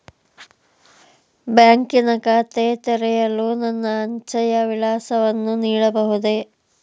ಬ್ಯಾಂಕಿನ ಖಾತೆ ತೆರೆಯಲು ನನ್ನ ಅಂಚೆಯ ವಿಳಾಸವನ್ನು ನೀಡಬಹುದೇ?